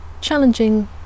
challenging